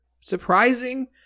surprising